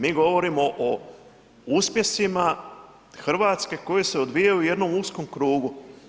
Mi govorimo o uspjesima Hrvatske koji se odvijaju u jednom uskom krugu.